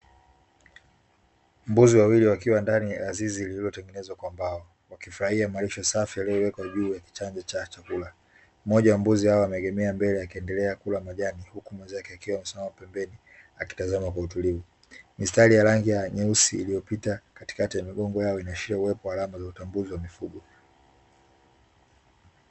Mbuzi wawili wakiwa ndani ya zizi lililotengenezwa kwa mbao, wakifurahia malisho safi yaliyowekwa juu ya kichanja cha chakula. Mmoja wa mbuzi hao ameegemea mbele akiendelea kula majani, huku mwenzake akiwa amesimama pembeni akitazama kwa utulivu. Mistari ya rangi ya nyeusi iliyopita katikati migongo yao, inaashiria uwepo wa alama za utambuzi wa mifugo.